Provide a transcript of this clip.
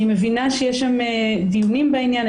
אני מבינה שיש שם דיונים בעניין.